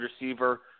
receiver